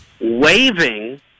waving